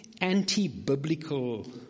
anti-biblical